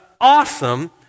awesome